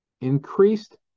increased